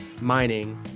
mining